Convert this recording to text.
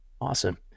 Awesome